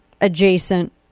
adjacent